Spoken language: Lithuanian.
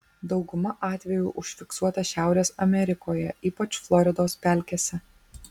dauguma atvejų užfiksuota šiaurės amerikoje ypač floridos pelkėse